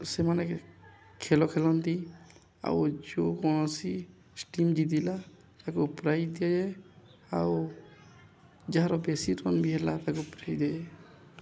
ସେମାନେ ଖେଳ ଖେଳନ୍ତି ଆଉ ଯେଉଁ କୌଣସି ଟିମ୍ ଜିତିଲା ତାକୁ ପ୍ରାଇଜ୍ ଦିଆଯାଏ ଆଉ ଯାହାର ବେଶୀ ରନ୍ ବି ହେଲା ତାକୁ ପ୍ରାଇଜ୍ ଦିଏ